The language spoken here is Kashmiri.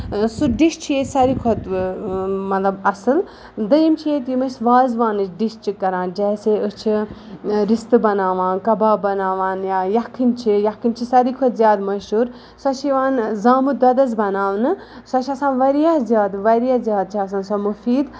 سُہ دِش چھِ أسۍ ساروی کھۄتہٕ مطلب اَصٕل دوٚیُم چھُ یِم اَسہِ ییٚتہِ وازوان ڈِش چھِ کران جیسے أسۍ چھِ رِستہٕ بَناوان کَباب بَناوان یا یَخٕنۍ چھِ یَخٕنۍ چھِ ساروی کھۄتہٕ زیادٕ مشہوٗر سۄ چھِ یِوان زامُت دۄدَس بَناونہٕ سۄ چھےٚ آسان واریاہ زیادٕ واریاہ زیادٕ چھےٚ آسان سۄ مُفیٖد